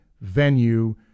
venue